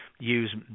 use